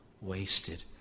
wasted